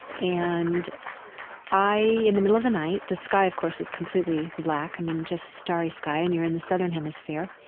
and in the middle of the night, the sky, of course, is completely black. i mean, just starry sky and you're in the southern hemisphere.